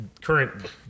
current